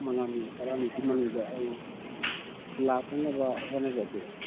ꯃꯉꯥꯅꯤ ꯇꯔꯥꯅꯤꯁꯤ ꯃꯅꯨꯡꯗ ꯑꯩ ꯂꯥꯛꯅꯅꯕ ꯍꯣꯠꯅꯖꯒꯦ